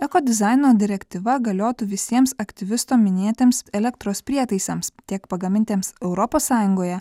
eko dizaino direktyva galiotų visiems aktyvisto minėtiems elektros prietaisams tiek pagamintiems europos sąjungoje